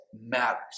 matters